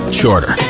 shorter